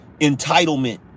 entitlement